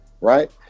Right